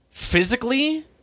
physically